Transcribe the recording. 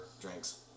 drinks